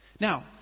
Now